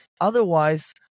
otherwise